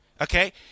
Okay